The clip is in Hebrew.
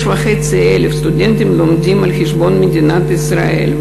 6,500 סטודנטים לומדים על חשבון מדינת ישראל.